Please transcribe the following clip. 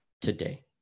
today